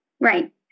Right